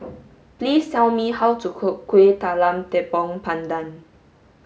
please tell me how to cook Kuih Talam Tepong Pandan